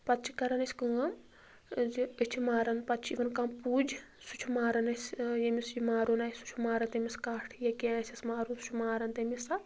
پَتہٕ چھِ کَران أسۍ کٲم زِ أسۍ چھِ ماران پَتہٕ چھُ یِوان کانٛہہ پُج سُہ چھُ ماران اَسِہ ییٚمِس یہِ مارُن آسہِ ماران سُہ چھُ ماران تیٚمِس کَٹھ یہ کیاہ اَسٮ۪س مارُن سُہ چھُ ماران تیٚمہِ ساتہٕ